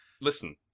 Listen